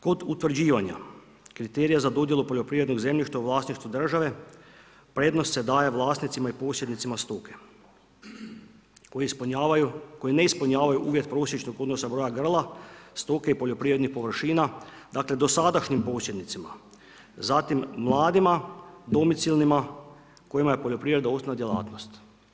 Kod utvrđivanja kriterija za dodjelu poljoprivrednog zemljišta i vlasništvu države, prednost se daje vlasnicima i posjednicima stoke koji ne ispunjavaju uvjet prosječnog odnosa broja grla, stoke i poljoprivrednih površina dosadašnjim posjednicima, zatim mladima, domicilnima kojima je poljoprivredna osnovna djelatnost.